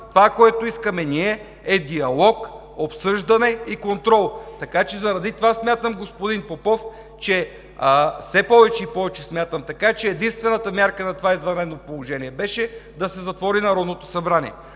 Това, което искаме ние, е диалог, обсъждане и контрол. Така че заради това смятам, господин Попов, и все повече и повече смятам, че единствената мярка на това извънредно положение беше да се затвори Народното събрание.